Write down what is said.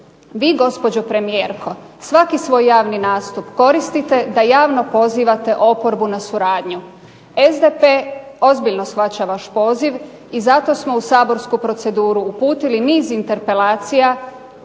Vi gospođo premijerko svaki svoj javni nastup koristite da javno pozivate oporbu na suradnju. SDP ozbiljno shvaća vaš poziv i zato smo u saborsku proceduru uputili niz interpelacija